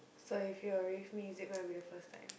so if you are with me is it going to be first time